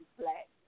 black